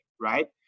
right